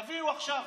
תביאו עכשיו,